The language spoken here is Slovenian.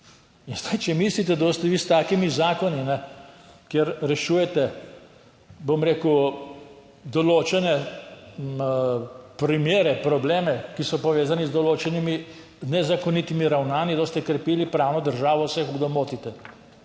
In zdaj, če mislite, da boste vi s takimi zakoni, kjer rešujete, bom rekel, določene primere, probleme, ki so povezani z določenimi nezakonitimi ravnanji, da boste krepili pravno državo, se hudo motite.